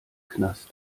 knast